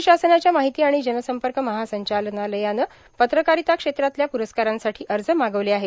राज्य शासनाच्या माहिती आणि जनसंपर्क महासंचालनालयानं पत्रकारिता क्षेत्रातल्या प्ररस्कारांसाठी अर्ज मागवले आहेत